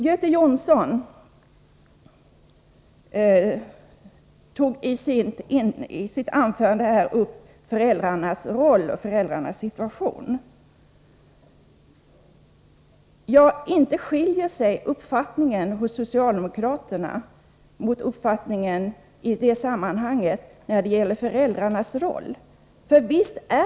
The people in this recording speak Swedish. Göte Jonsson tog i sitt anförande upp föräldrarnas roll och situation. Socialdemokraternas uppfattning skiljer sig inte från moderaternas när det gäller föräldrarnas roll.